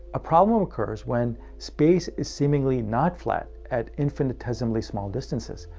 a problem occurs when space is seemingly not flat at infintesimally small distances.